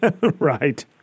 Right